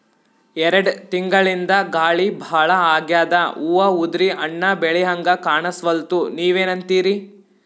ಎರೆಡ್ ತಿಂಗಳಿಂದ ಗಾಳಿ ಭಾಳ ಆಗ್ಯಾದ, ಹೂವ ಉದ್ರಿ ಹಣ್ಣ ಬೆಳಿಹಂಗ ಕಾಣಸ್ವಲ್ತು, ನೀವೆನಂತಿರಿ?